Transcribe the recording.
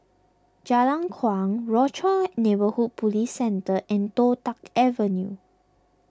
Jalan Kuang Rochor Neighborhood Police Centre and Toh Tuck Avenue